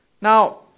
Now